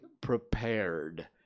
prepared